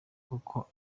kuko